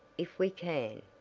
if we can,